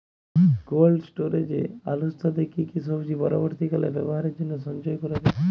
Cold স্টোরেজে আলুর সাথে কি কি সবজি পরবর্তীকালে ব্যবহারের জন্য সঞ্চয় করা যায়?